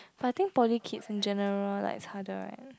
but I think poly kids in general like it's harder right